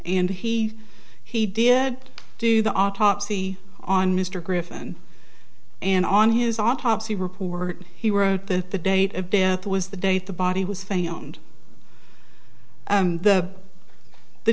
and he he did do the autopsy on mr griffin and on his autopsy report he wrote that the date of death was the date the body was found the the